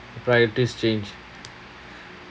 priorities change